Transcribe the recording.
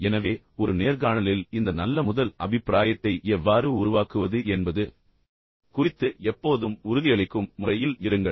எனவே ஒரு நேர்காணலில் இந்த நல்ல முதல் அபிப்பிராயத்தை எவ்வாறு உருவாக்குவது என்பது குறித்து எப்போதும் உறுதியளிக்கும் முறையில் இருங்கள்